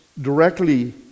directly